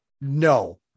no